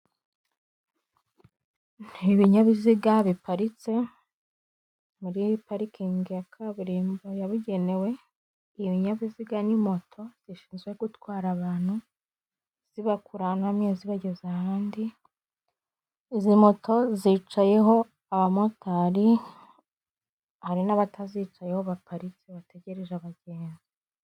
Ibinyabiziga biparitse muri parikingi ya kaburimbo yabugenewe ibinyabiziga ni moto zishinzwe gutwara abantu zibakura ahantu hamwe zibageza ahandi izi moto zicayeho abamotari hari n'abatazicaye ho baparitse bategereje abagenzi.